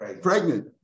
pregnant